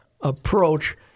approach